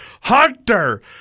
Hunter